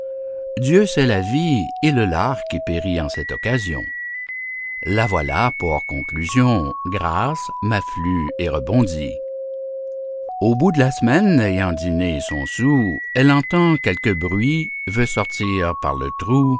dieu sait la vie et le lard qui périt en cette occasion la voilà pour conclusion grasse maflue et rebondie au bout de la semaine ayant dîné son soûl elle entend quelque bruit veut sortir par le trou